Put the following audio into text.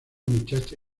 muchacha